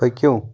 پٔکِو